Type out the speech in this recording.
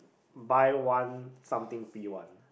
buy one something free one